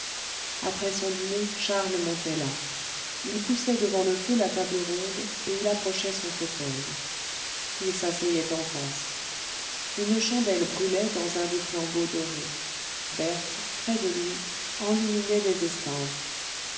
après son dîner charles montait là il poussait devant le feu la table ronde et il approchait son fauteuil il s'asseyait en face une chandelle brûlait dans un des flambeaux dorés berthe près de lui enluminait des estampes